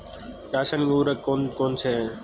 रासायनिक उर्वरक कौन कौनसे हैं?